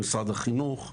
למשרד החינוך.